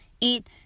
eat